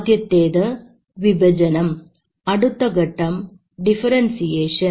ആദ്യത്തേത് വിഭജനം അടുത്തഘട്ടം ഡിഫറെൻസിയേഷൻ